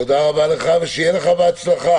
תודה רבה לך ושיהיה לך בהצלחה.